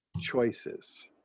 Choices